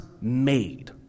made